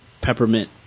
peppermint